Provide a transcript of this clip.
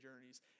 journeys